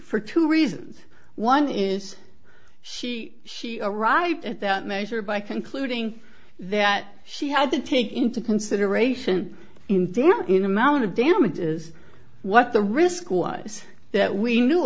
for two reasons one is she she arrived at that measure by concluding that she had to take into consideration in amount of damages what the risk was that we knew